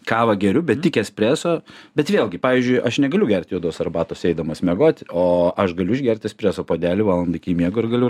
kavą geriu bet tik espreso bet vėlgi pavyzdžiui aš negaliu gert juodos arbatos eidamas miegot o aš galiu išgert espreso puodelį valandai iki miego ir galiu